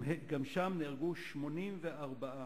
גם שם נהרגו 84,